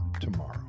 tomorrow